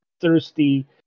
thirsty